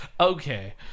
Okay